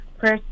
first